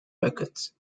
records